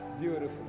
beautiful